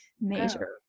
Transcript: major